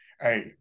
Hey